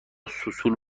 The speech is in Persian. سوسول